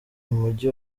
mugi